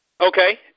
Okay